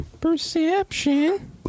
Perception